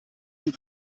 sie